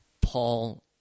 Paul